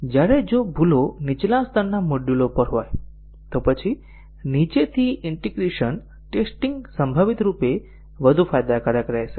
જ્યારે જો ભૂલો નીચા સ્તરના મોડ્યુલો પર હોય તો પછી નીચેથી ઈન્ટીગ્રેશન ટેસ્ટીંગ સંભવિત રૂપે વધુ ફાયદાકારક રહેશે